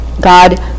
God